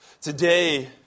Today